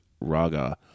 Raga